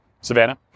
Savannah